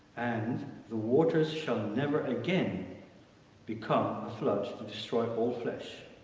and the waters shall never again become a flood to destroy all flesh.